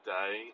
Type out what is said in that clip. day